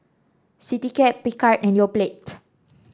Citycab Picard and Yoplait